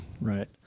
Right